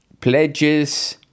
pledges